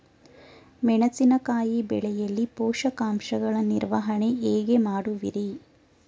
ಮೆಣಸಿನಕಾಯಿ ಬೆಳೆಯಲ್ಲಿ ಪೋಷಕಾಂಶಗಳ ನಿರ್ವಹಣೆ ಹೇಗೆ ಮಾಡುವಿರಿ?